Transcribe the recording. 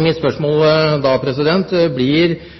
Mitt spørsmål da blir: Er